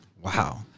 Wow